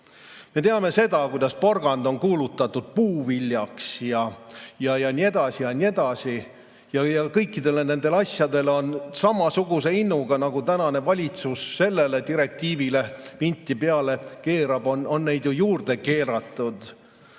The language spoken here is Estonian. Me teame seda, kuidas porgand on kuulutatud puuviljaks ja nii edasi ja nii edasi. Kõikidele nendele asjadele on samasuguse innuga, nagu tänane valitsus sellele direktiivile vinti peale keerab, vinti ju juurde keeratud.